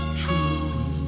true